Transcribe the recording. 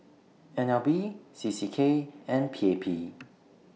N L B C C K and P A P